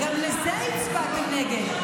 וגם על זה הצבעתם נגד.